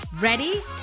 Ready